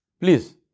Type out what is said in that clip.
Please